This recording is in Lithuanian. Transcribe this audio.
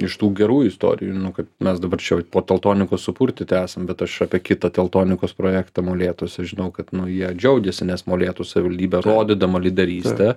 iš tų gerų istorijų nu kad mes dabar čia po teltonikos supurtyti esam bet aš apie kitą teltonikos projektą molėtuose žinau kad nu jie džiaugiasi nes molėtų savildybė rodydama lyderystę